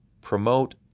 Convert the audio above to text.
Promote